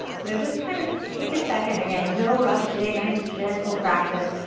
so just kind of take a second, again, no rush today. nice gentle practice.